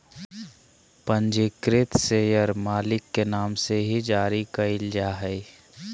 पंजीकृत शेयर मालिक के नाम से ही जारी क़इल जा हइ